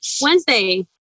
Wednesday